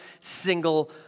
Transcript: single